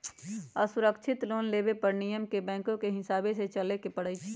असुरक्षित लोन लेबे पर नियम के बैंकके हिसाबे से चलेए के परइ छै